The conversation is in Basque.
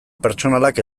pertsonalak